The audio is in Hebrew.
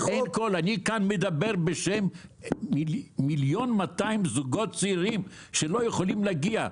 אני כאן מדבר בשם 1.2 מיליון זוגות צעירים שלא יכולים להגיע.